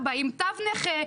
4 עם תו נכה,